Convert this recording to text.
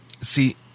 See